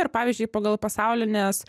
ir pavyzdžiui pagal pasaulinės